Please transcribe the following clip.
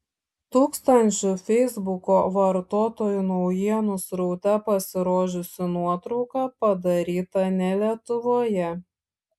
tūkstančių feisbuko vartotojų naujienų sraute pasirodžiusi nuotrauka padaryta ne lietuvoje